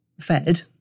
fed